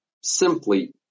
simply